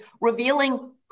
revealing